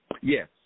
Yes